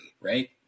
right